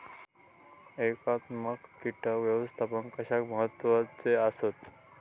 एकात्मिक कीटक व्यवस्थापन कशाक महत्वाचे आसत?